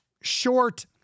short